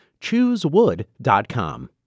Choosewood.com